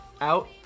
out